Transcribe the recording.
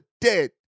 dead